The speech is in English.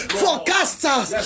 forecasters